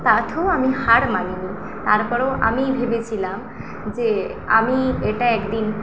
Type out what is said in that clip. তাতেও আমি হার মানি নি তারপরেও আমি ভেবেছিলাম যে আমি এটা এক দিন